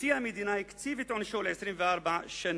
נשיא המדינה קצב את עונשו ל-24 שנה.